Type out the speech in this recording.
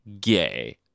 gay